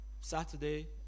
Saturday